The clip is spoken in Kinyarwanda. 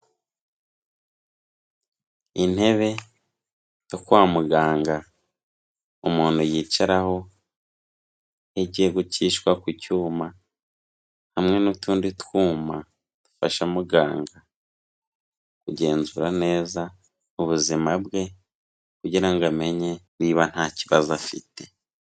Intebe zo kwa muganga umuntu yicaraho, iyo agiye gucishwa ku cyuma hamwe n'utundi twuma, dufasha muganga kugenzura neza ubuzima bwe kugira ngo amenye niba nta kibazo afite.